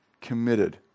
committed